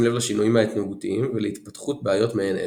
לב לשינויים ההתנהגותיים ולהתפתחות בעיות מעין אלו.